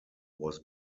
was